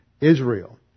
Israel